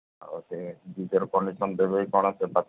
ଆଉ ସେ କଣ୍ଡିସନ୍ ଦେବେ କ'ଣ ସେ